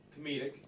comedic